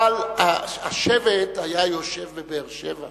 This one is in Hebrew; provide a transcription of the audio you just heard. אבל השבט היה יושב בבאר-שבע